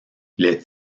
les